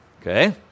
okay